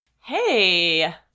Hey